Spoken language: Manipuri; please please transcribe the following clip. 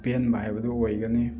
ꯑꯄꯦꯟꯕ ꯍꯥꯏꯕꯗꯨ ꯑꯣꯏꯒꯅꯤ